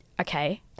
okay